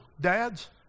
dads